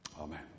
Amen